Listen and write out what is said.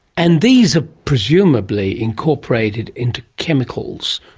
and these are presumably incorporated into chemicals,